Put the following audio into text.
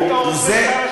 כשהיית עוזר שר השיכון.